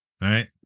right